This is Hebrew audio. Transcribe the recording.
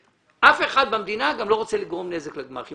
אף אחד במדינה גם לא רוצה לגרום נזק לגמ"חים.